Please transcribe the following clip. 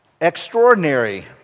extraordinary